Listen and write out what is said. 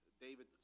David